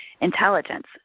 intelligence